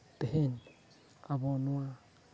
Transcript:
ᱛᱮᱦᱮᱧ ᱟᱵᱚ ᱱᱚᱣᱟ